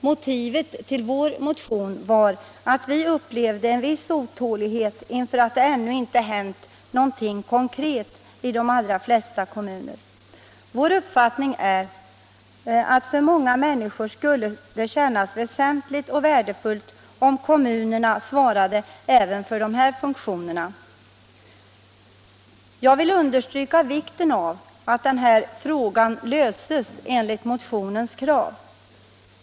Motivet till vår motion var att vi upplevde en viss otålighet inför att det ännu inte hänt någonting konkret i de allra flesta kommuner. Vår uppfattning är att för många människor skulle det kännas väsentligt och värdefullt om kommunerna svarade även för de här funktionerna. Jag vill understryka vikten av att denna fråga löses enligt motionens krav.